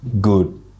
good